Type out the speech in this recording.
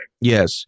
Yes